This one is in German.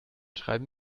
schreiben